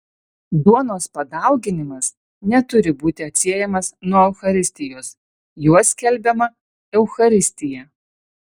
duonos padauginimas neturi būti atsiejamas nuo eucharistijos juo skelbiama eucharistija